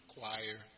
Choir